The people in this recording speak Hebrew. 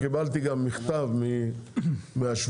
קיבלתי גם מכתב מהשווקים,